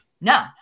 no